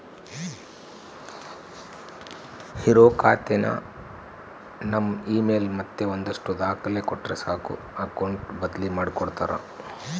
ಇರೋ ಖಾತೆನ ನಮ್ ಇಮೇಲ್ ಮತ್ತೆ ಒಂದಷ್ಟು ದಾಖಲೆ ಕೊಟ್ರೆ ಸಾಕು ಅಕೌಟ್ ಬದ್ಲಿ ಮಾಡಿ ಕೊಡ್ತಾರ